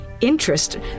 interest